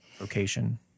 Location